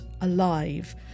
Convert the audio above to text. alive